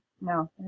No